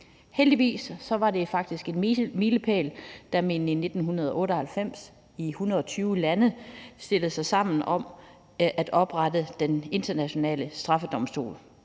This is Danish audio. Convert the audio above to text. Heldigvis var det faktisk en milepæl, da man i 1998 i 120 lande stillede sig sammen om at oprette Den Internationale Straffedomstol.